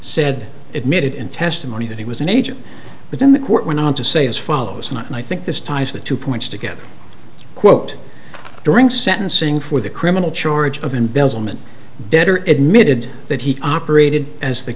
said admitted in testimony that he was an agent but then the court went on to say as follows not and i think this ties the two points together quote during sentencing for the criminal charge of embezzlement debtor admitting that he operated as the